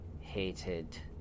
hated